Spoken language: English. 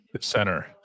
Center